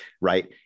Right